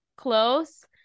Close